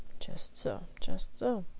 just so just so.